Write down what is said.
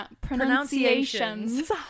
Pronunciations